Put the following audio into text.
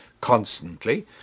constantly